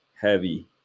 heavy